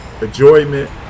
Enjoyment